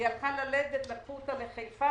כשהיא הייתה צריכה ללדת לקחו אותה לחיפה